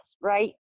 right